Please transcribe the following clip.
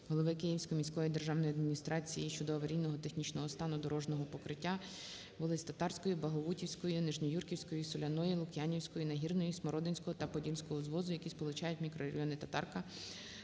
голови Київської міської державної адміністрації щодо аварійного технічного стану дорожнього покриття вулиць Татарської, Багговутівської, Нижньоюрківської, Соляної, Лук'янівської, Нагірної, Смородинського та Подільського узвозу, які сполучають мікрорайон Татарка